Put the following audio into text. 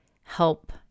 help